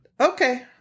Okay